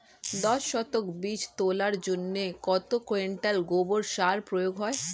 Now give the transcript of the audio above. দশ শতক বীজ তলার জন্য কত কুইন্টাল গোবর সার প্রয়োগ হয়?